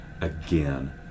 again